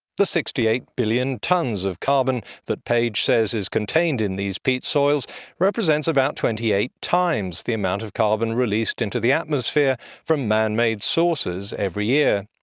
the sixty eight billion tonnes of carbon that page says is contained in these peat soils represents about twenty eight times the amount of carbon released into the atmosphere from man-made sources every year.